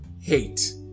hate